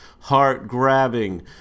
heart-grabbing